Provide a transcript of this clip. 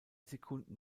sekunden